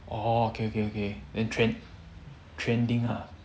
okay okay okay and trend trending ah